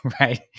right